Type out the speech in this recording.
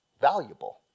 valuable